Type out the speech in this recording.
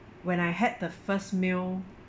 when I had the first meal